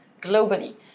globally